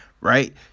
Right